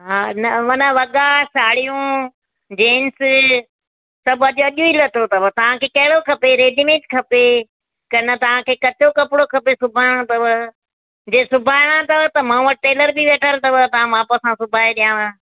हा न माना वॻा साड़ियूं जीन्स सभु अॼु अॼु ई लथो अथव तव्हांखे कहिड़ो खपे रेडीमेड खपे कि न तव्हांखे कचो कपिड़ो खपे सुबाइणो अथव जे सुबाइणा अथव त मां वटि टेलर बि वेठल अथव त माप सां सुबाए ॾियांव